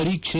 ಪರೀಕ್ಷೆ